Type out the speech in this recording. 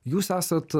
jūs esat